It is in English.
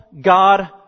God